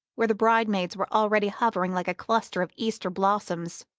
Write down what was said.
where the bridesmaids were already hovering like a cluster of easter blossoms.